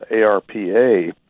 A-R-P-A